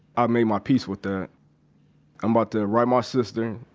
i made my peace with that. i'm about to write my sister,